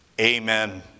Amen